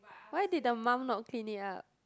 why did the mum not clean it up